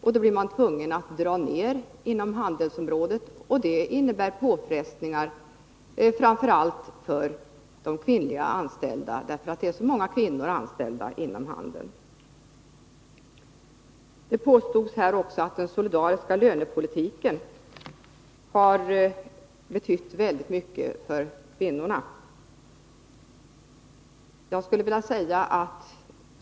Det har därför blivit nödvändigt att dra ned inom handelns område, och detta medför arbetslöshet för framför allt kvinnorna, eftersom så många kvinnor är anställda inom handeln. Det påstods också här i debatten att den solidariska lönepolitiken har betytt mycket för kvinnorna.